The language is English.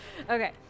Okay